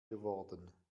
geworden